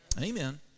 Amen